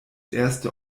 erste